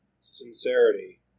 sincerity